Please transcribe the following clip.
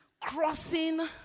crossing